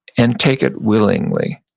and take it willingly